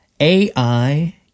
AI